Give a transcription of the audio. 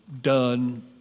done